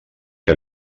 que